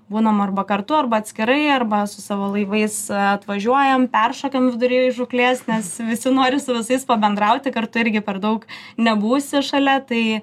būnam arba kartu arba atskirai arba su savo laivais atvažiuojam peršokam vidury žūklės nes visi nori su visais pabendrauti kartu irgi per daug nebūsi šalia tai